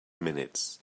minutes